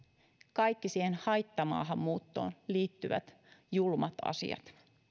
kaikki siihen haittamaahanmuuttoon liittyvät julmat asiat